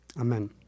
Amen